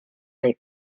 les